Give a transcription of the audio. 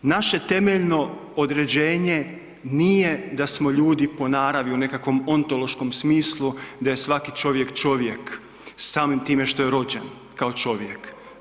Naše temeljno određenje nije da smo ljudi po naravi u nekakvom ontološkom smislu da je svaki čovjek čovjek samim time što je rođen kao čovjek.